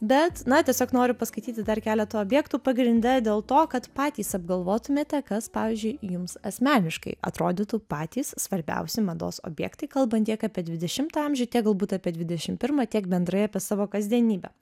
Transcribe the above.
bet na tiesiog noriu paskaityti dar keletą objektų pagrinde dėl to kad patys apgalvotumėte kas pavyzdžiui jums asmeniškai atrodytų patys svarbiausi mados objektai kalbant tiek apie dvidešimą amžių tiek galbūt apie dvidešim pirmą tiek bendrai apie savo kasdienybę